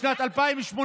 משנת 2018